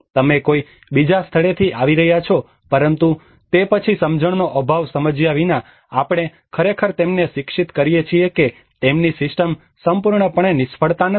તમે કોઈ બીજા સ્થળેથી આવી રહ્યા છો પરંતુ તે પછી સમજણનો અભાવ સમજ્યા વિના આપણે ખરેખર તેમને શિક્ષિત કરીએ છીએ કે તેમની સિસ્ટમ સંપૂર્ણપણે નિષ્ફળતા નથી